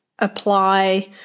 apply